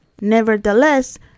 Nevertheless